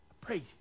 Praise